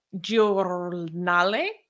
Giornale